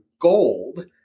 gold